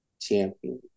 champion